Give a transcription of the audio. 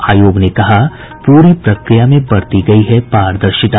आयोग ने कहा पूरी प्रक्रिया में बरती गयी है पारदर्शिता